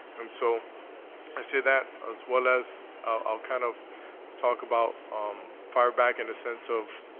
and so i say that, as well as i'll kind of talk about far back in the sense of,